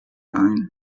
ein